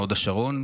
מהוד השרון,